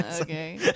okay